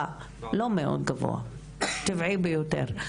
לא מאוד גבוה אלא בואו נגיד שהוא טבעי ביותר,